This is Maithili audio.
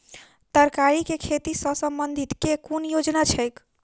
तरकारी केँ खेती सऽ संबंधित केँ कुन योजना छैक?